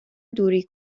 دوری